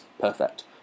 perfect